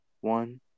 one